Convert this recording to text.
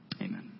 Amen